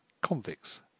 convicts